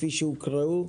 כפי שהוקראו?